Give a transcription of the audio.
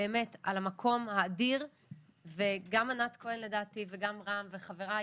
באמת על המקום האדיר וגם ענת כהן לדעתי וגם רם וחברי